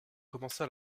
commença